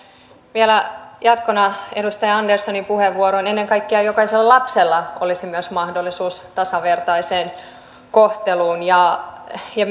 vielä jatkona edustaja anderssonin puheenvuoroon ennen kaikkea jokaisella lapsella olisi myös mahdollisuus tasavertaiseen kohteluun ja ja